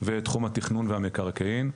ותחום התכנון והמקרקעין.